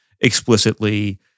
explicitly